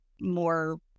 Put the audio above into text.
more